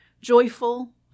joyful